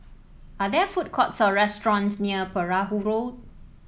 are there food courts or restaurants near Perahu Road